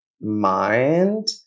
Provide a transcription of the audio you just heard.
mind